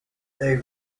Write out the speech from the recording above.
they